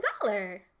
dollar